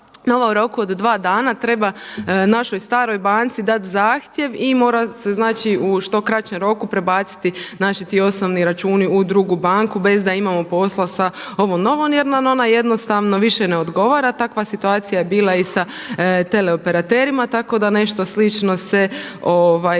nova u roku od 2 dana treba našoj staroj banci dati zahtjev i mora se znači u što kraćem roku prebaciti naši ti osnovni računi u drugu banku bez da imamo posla sa ovom novom jer nam ona jednostavno više ne odgovara. Takva situacija je bila i sa teleoperaterima tako da nešto slično se dešava